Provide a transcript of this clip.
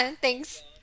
thanks